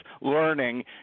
learning